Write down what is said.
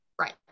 Right